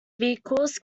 vehicles